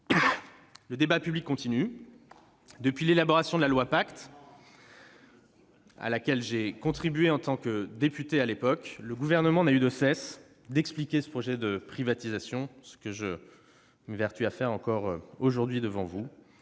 Le débat public se poursuit. Depuis l'élaboration de la loi Pacte, à laquelle j'ai contribué en tant que député à l'époque, le Gouvernement n'a eu de cesse d'expliquer ce projet de privatisation- ce que je m'évertue à faire encore aujourd'hui devant vous